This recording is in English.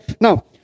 now